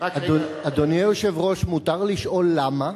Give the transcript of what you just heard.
אדוני היושב-ראש, מותר לשאול למה?